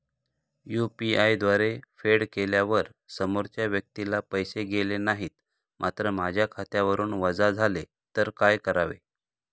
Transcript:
UPI द्वारे फेड केल्यावर समोरच्या व्यक्तीला पैसे गेले नाहीत मात्र माझ्या खात्यावरून वजा झाले तर काय करावे?